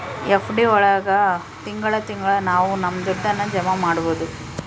FD ಒಳಗ ತಿಂಗಳ ತಿಂಗಳಾ ನಾವು ನಮ್ ದುಡ್ಡನ್ನ ಜಮ ಮಾಡ್ಬೋದು